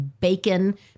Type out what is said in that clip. bacon